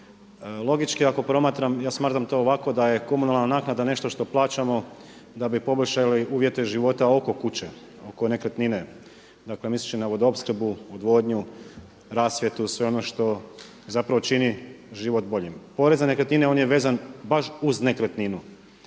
Logički ako promatram, ja smatram to ovako, da je komunalna naknada nešto što plaćamo da bi poboljšali uvjete života oko kuće, oko nekretnine. Dakle, misleći na vodoopskrbu, odvodnju, rasvjetu, sve ono što zapravo čini život boljim. Porez na nekretnine on je vezan baš uz nekretninu.